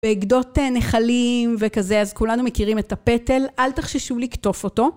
בעקדות נחלים וכזה, אז כולנו מכירים את הפטל, אל תחששו לקטוף אותו.